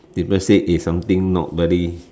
people say eh something not very